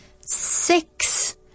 six